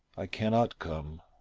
i cannot come.